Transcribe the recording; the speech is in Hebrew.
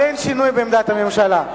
אבל אין שינוי בעמדת הממשלה.